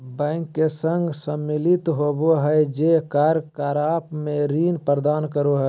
bank के संघ सम्मिलित होबो हइ जे कार्य कलाप में ऋण प्रदान करो हइ